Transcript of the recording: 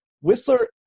Whistler